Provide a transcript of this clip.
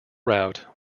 route